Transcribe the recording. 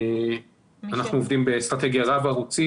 שאנחנו עובדים באסטרטגיה רב ערוצית.